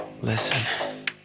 Listen